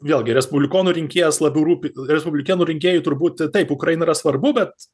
vėlgi respublikonų rinkėjas labiau rūpi respublikėnų rinkėjui turbūt taip ukraina yra svarbu bet